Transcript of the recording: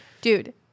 Dude